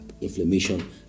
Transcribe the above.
inflammation